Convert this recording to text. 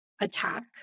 attack